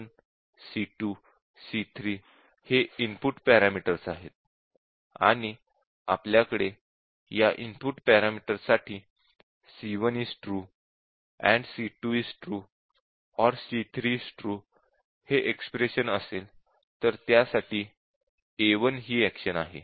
c1 c2 c3 हे input parameters आहेत आणि आपल्याकडे या इनपुट पॅरामीटर साठी c1 is true AND c2 is true OR c3 is true हे एक्स्प्रेशन असेल तर त्यासाठी A1 हि एक्शन आहे